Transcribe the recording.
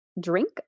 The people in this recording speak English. drink